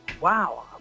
wow